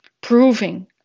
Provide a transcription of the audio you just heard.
Proving